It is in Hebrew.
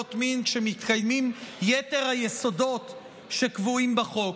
עבירות מין כשמתקיימים יתר היסודות שקבועים בחוק.